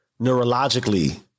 neurologically